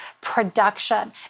production